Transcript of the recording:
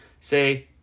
say